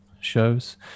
shows